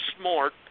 smart